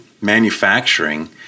manufacturing